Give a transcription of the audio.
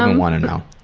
and wanna know.